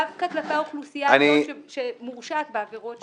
דווקא כלפי האוכלוסייה הזאת שמורשעת בעבירות של הריגה בהקשרים האלה.